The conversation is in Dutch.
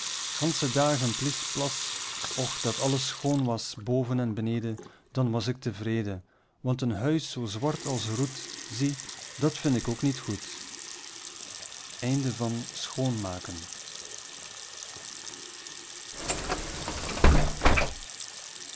gansche dagen plis plas och dat alles schoon was boven en beneden dan was ik tevreden want een huis zoo zwart als roet zie dat vind ik ook niet goed